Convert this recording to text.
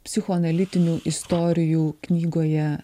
psichoanalitinių istorijų knygoje